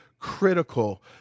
critical